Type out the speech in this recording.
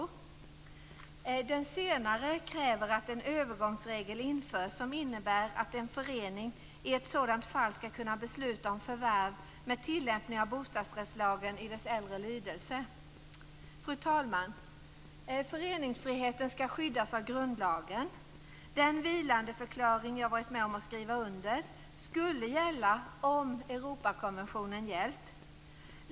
I den senare reservationen kräver vi att en övergångsregel införs som innebär att en förening i ett sådant fall skall kunna besluta om förvärv med tillämpning av bostadsrättslagen i dess äldre lydelse. Fru talman! Föreningsfriheten skall skyddas av grundlagen. Den vilandeförklaring jag varit med om att skriva under skulle gälla om Europakonventionen gällt.